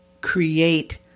create